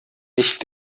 nicht